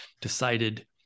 decided